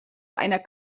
einer